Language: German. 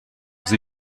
sie